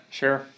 sure